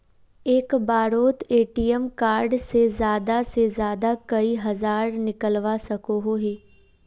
एक बारोत ATM card से ज्यादा से ज्यादा कई हजार निकलवा सकोहो ही?